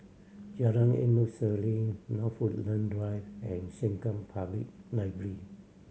Jalan Endut Senin North Woodland Drive and Sengkang Public Library